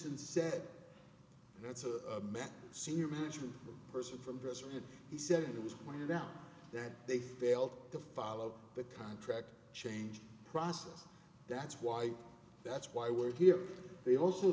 and said that's a senior management person from dresser and he said it was pointed out that they failed to follow the contract change process that's why that's why we're here they also